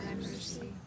mercy